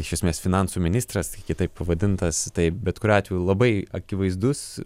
iš esmės finansų ministras kitaip pavadintas tai bet kuriuo atveju labai akivaizdus